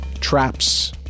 Traps